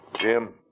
Jim